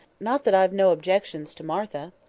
not that i've no objections to martha.